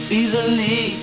easily